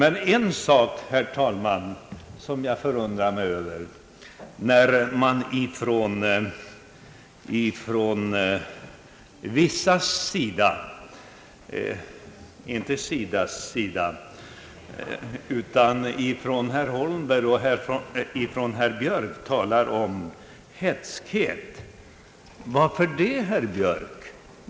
En sak, herr talman, som jag förundrade mig över var att herr Holmberg och herr Björk talar om hätskhet. Varför gör ni det herr Björk?